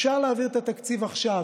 אפשר להעביר את התקציב עכשיו.